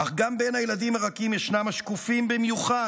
אך גם בין הילדים הרכים ישנם השקופים במיוחד,